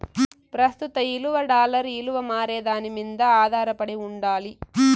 ప్రస్తుత ఇలువ డాలర్ ఇలువ మారేదాని మింద ఆదారపడి ఉండాలి